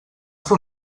fer